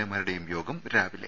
എമാരുടേയും യോഗം രാവിലെ